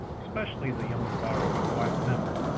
especially the younger borrowing member.